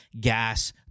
gas